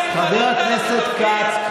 חבר הכנסת כץ.